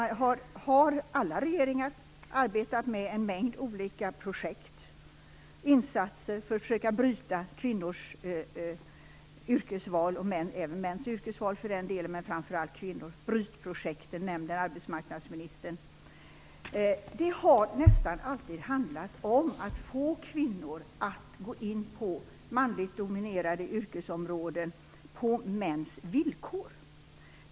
Alla regeringar har arbetat med en mängd olika projekt och insatser för att försöka bryta kvinnors yrkesval - även mäns för den delen, men framför allt kvinnors. Arbetsmarknadsministern nämnde brytprojekten. Det har nästan alltid handlat om att få kvinnor att gå in på manligt dominerade yrkesområden på mäns villkor.